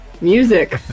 music